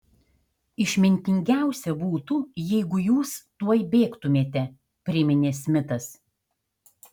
išmintingiausia būtų jeigu jūs tuoj bėgtumėte priminė smitas